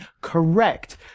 correct